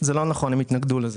זה לא נכון, הם התנגדו לזה.